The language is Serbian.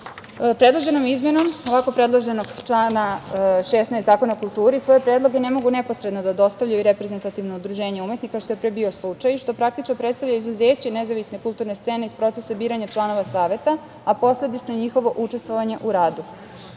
Republika. Predloženom izmenom ovako predloženog člana 16. Zakona o kulturi – svoje predloge ne mogu neposredno da dostavljaju reprezentativna udruženja umetnika, što je pre bio slučaj, praktično predstavlja izuzeće nezavisne kulturne scene iz procesa biranja članova Saveta, a posledično i njihovo učestvovanje u radu. Lično